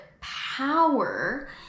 power